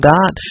God